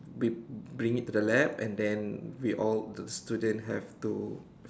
bri~ bring it to the lab and then we all student have to